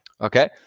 okay